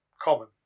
common